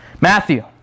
Matthew